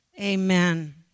Amen